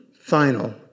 final